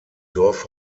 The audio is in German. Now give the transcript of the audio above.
dorf